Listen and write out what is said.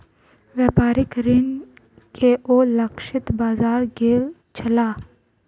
व्यापारिक ऋण के ओ लक्षित बाजार गेल छलाह